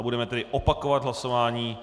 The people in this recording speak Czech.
Budeme tedy opakovat hlasování.